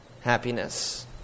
happiness